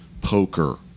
poker